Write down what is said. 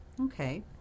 Okay